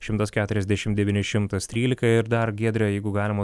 šimtas keturiasdešim devyni šimtas trylika ir dar giedre jeigu galima